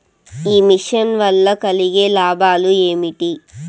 ఈ మిషన్ వల్ల కలిగే లాభాలు ఏమిటి?